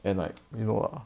and like you know ah